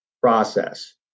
process